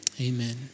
Amen